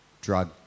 drug